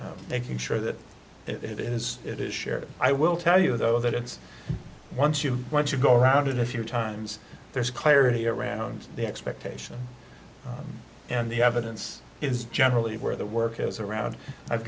know making sure that it is it is shared i will tell you though that it's once you once you go out in a few times there's clarity around the expectation and the evidence is generally where the work is around i've